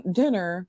dinner